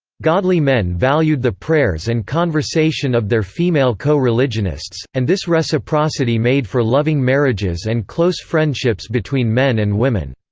godly men valued the prayers and conversation of their female co-religionists, and this reciprocity made for loving marriages and close friendships between men and women.